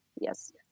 Yes